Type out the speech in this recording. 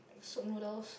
soup noodles